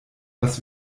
was